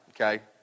okay